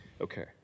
Okay